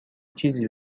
چیزی